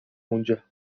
اونجا